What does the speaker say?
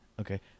Okay